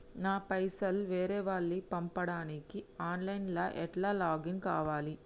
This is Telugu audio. నా పైసల్ వేరే వాళ్లకి పంపడానికి ఆన్ లైన్ లా ఎట్ల లాగిన్ కావాలి?